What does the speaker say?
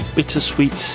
Bittersweet